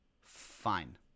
fine